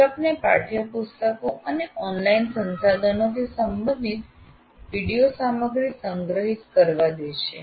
તેઓ આપને પાઠયપુસ્તકો અને ઓનલાઇન સંસાધનોથી સંબંધિત વિડિઓ સામગ્રી સંગ્રહિત કરવા દે છે